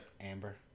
Amber